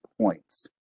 points